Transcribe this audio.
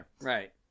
Right